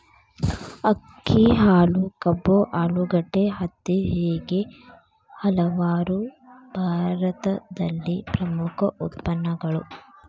ಅಕ್ಕಿ, ಹಾಲು, ಕಬ್ಬು, ಆಲೂಗಡ್ಡೆ, ಹತ್ತಿ ಹೇಗೆ ಹಲವಾರು ಭಾರತದಲ್ಲಿ ಪ್ರಮುಖ ಉತ್ಪನ್ನಗಳು